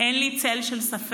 אין לי צל של ספק